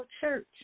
church